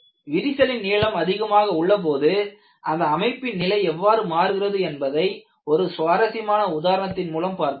விரிசலின் நீளம் அதிகமாக உள்ள போது அந்த அமைப்பின் நிலை எவ்வாறு மாறுகிறது என்பதை ஒரு சுவாரசியமான உதாரணத்தின் மூலம் பார்க்கலாம்